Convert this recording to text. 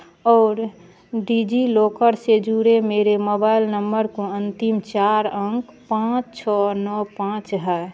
और डिजिलोकर से जुड़े मेरे मबाइल नम्बर को अंतिम चार अंक पाँच छः नौ पाँच है